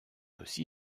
aussi